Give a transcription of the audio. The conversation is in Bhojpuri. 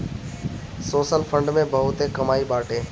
सोशल फंड में बहुते कमाई बाटे